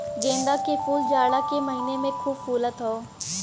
गेंदा के फूल जाड़ा के महिना में खूब फुलत हौ